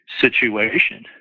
situation